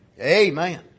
Amen